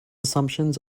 assumptions